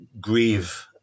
grieve